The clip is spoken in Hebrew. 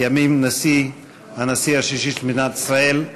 לימים הנשיא השישי של מדינת ישראל,